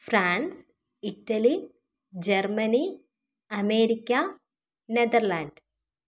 France Italy Germany America Netherlands